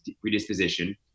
predisposition